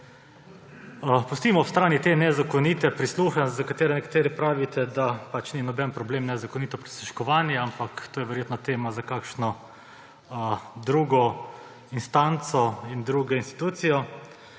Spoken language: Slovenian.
Pustimo ob strani te nezakonite prisluhe, za katere nekateri pravite, da ni noben problem nezakonito prisluškovanje, ampak je to verjetno tema za kakšno drugo instanco in drugo institucijo.